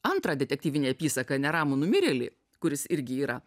antrą detektyvinę apysaką neramų numirėlį kuris irgi yra